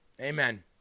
Amen